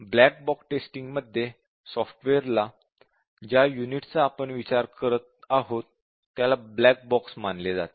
black box testing मध्ये software ला ज्या युनिटचा आपण विचार करत आहोत त्याला ब्लॅक बॉक्स मानले जाते